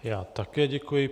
Já také děkuji.